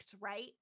right